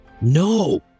No